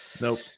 Nope